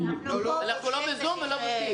אנחנו לא בזום ולא בטיח.